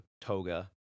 toga